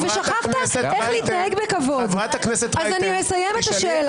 אני מבקש,